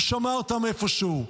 הוא שמע אותן איפשהו.